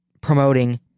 promoting